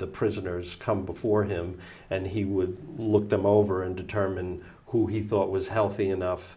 the prisoners come before him and he would look them over and determine who he thought was healthy enough